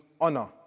honor